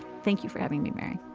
thank you for having me, mary.